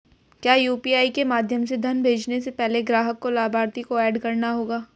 क्या यू.पी.आई के माध्यम से धन भेजने से पहले ग्राहक को लाभार्थी को एड करना होगा?